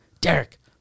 derek